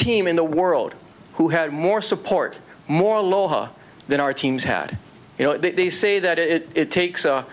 team in the world who had more support more law than our teams had you know they say that it takes a